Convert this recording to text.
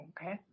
okay